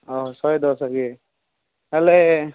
ଅହଃ ଶହେ ଦଶ କି ହେଲେ